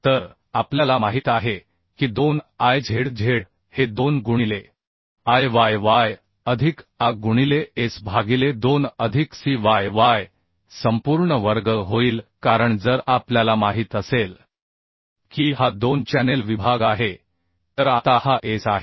तर आपल्याला माहित आहे की 2 I Z Z हे 2 गुणिले I y y अधिक A गुणिले S भागिले 2 अधिक C y y संपूर्ण वर्ग होईल कारण जर आपल्याला माहित असेल की हा 2 चॅनेल विभाग आहे तर आता हा S आहे